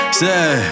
say